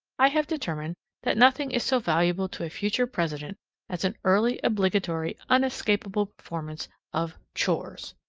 i have determined that nothing is so valuable to a future president as an early obligatory unescapable performance of chores.